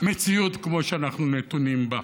מציאות כמו שאנחנו נתונים בה.